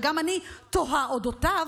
וגם אני תוהה על אודותיו,